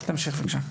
בבקשה.